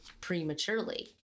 prematurely